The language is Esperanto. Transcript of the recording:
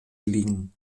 lin